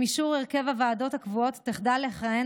עם אישור הרכב הוועדות הקבועות תחדל לכהן